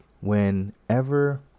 Whenever